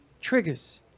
triggers